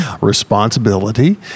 responsibility